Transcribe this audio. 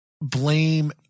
blame